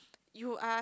you are